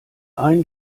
ein